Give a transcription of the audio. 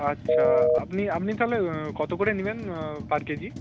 আচ্ছা আপনি আপনি তাহলে কত করে নেবেন পার কেজি